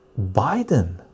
Biden